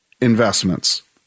investments